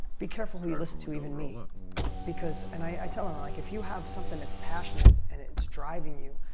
be careful who you listen to, even me because, and i tell them, i'm like, if you have something that's passionate and it's driving you,